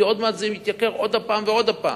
כי עוד מעט זה מתייקר עוד הפעם ועוד הפעם,